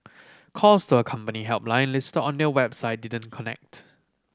calls to a company helpline list on their website didn't connect